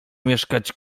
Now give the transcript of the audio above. mieszkać